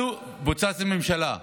מוטטנו ממשלה.